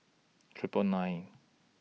Triple nine